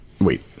Wait